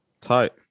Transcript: Tight